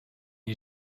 you